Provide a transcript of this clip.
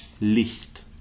Licht